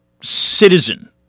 citizen